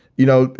you know,